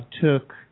Took